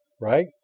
right